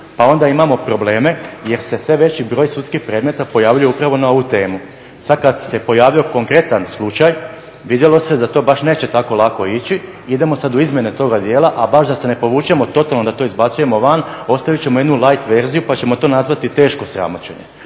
pa onda imamo probleme jer se sve veći broj sudskih presuda pojavljuje upravo na ovu temu. Sad kad se pojavio konkretan slučaj vidjelo se da to baš neće tako lako ići, idemo sad u izmjene toga dijela, a baš da se ne povučemo totalno, da to izbacujemo van ostavit ćemo jednu light verziju pa ćemo to nazvati teško sramoćenje.